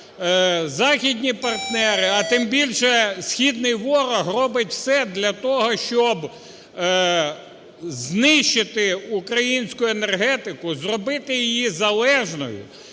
західні партнери, а тим більше східний ворог робить все для того, щоб знищити українську енергетику, зробити її залежною